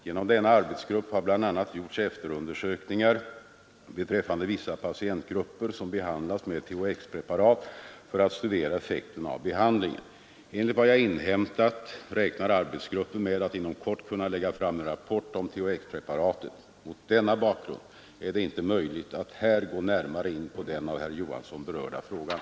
Genom denna arbetsgrupp har bl.a. gjorts efterundersökningar beträffande vissa patientgrupper som behandlats med THX-preparat för att studera effekten av behandlingen. Enligt vad jag inhämtat räknar arbetsgruppen med att inom kort kunna lägga fram en rapport om THX-preparatet. Mot denna bakgrund är det inte möjligt att här gå närmare in på den av herr Johansson berörda frågan.